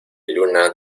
luna